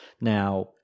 Now